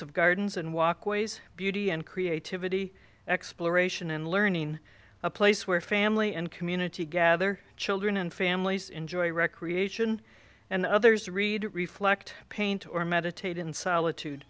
of gardens and walkways beauty and creativity exploration and learning a place where family and community gather children and families enjoy recreation and others to read reflect paint or meditate in solitude